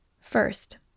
First